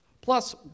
plus